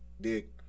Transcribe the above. dick